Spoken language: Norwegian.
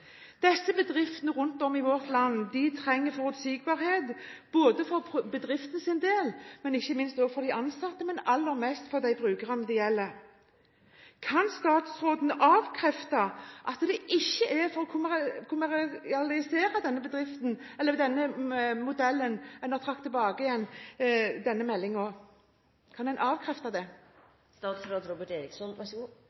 Disse bedriftene trenger forutsigbarhet både for bedriftens del og – ikke minst – for de ansattes del, men aller mest for de brukerne det gjelder. Kan statsråden avkrefte at det er for å kommersialisere denne modellen at han har trukket tilbake denne meldingen? Jeg ga på forrige spørsmål et grundig svar på hvorfor jeg har trukket tilbake